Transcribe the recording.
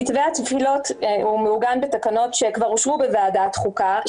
מתווה התפילות מעוגן בתקנות שכבר אושרו בוועדת חוקה.